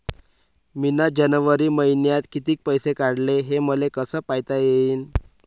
मिन जनवरी मईन्यात कितीक पैसे काढले, हे मले कस पायता येईन?